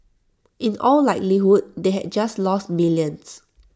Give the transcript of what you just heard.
in all likelihood they had just lost millions